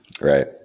Right